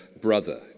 brother